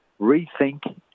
rethink